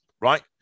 right